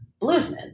bluesman